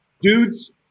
dudes